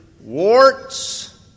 warts